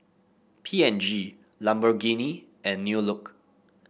P and G Lamborghini and New Look